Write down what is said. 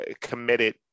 committed